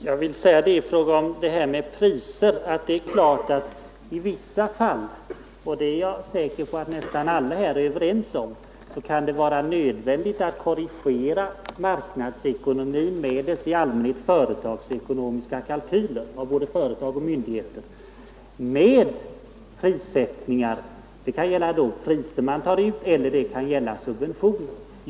Fru talman! Jag är säker på att nästan alla ledamöter här i kammaren är överens om att det i vissa fall kan vara nödvändigt att korrigera marknadsekonomin — och de i allmänhet företagsekonomiska kalkyler som där görs av både företag och myndigheter — med andra prissättningar. Man kan därvid ändra på de priser som tas ut och bland annat använda subventioner.